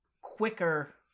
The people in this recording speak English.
quicker